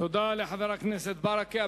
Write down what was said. תודה לחבר הכנסת ברכה.